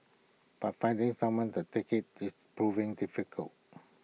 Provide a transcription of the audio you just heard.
but finding someone to take IT is proving difficult